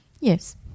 Yes